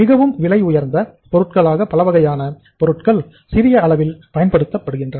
மிகவும் விலையுயர்ந்த பொருட்களாக பலவகையான பொருட்கள் சிறிய அளவில் பயன்படுத்தப்படுகின்றன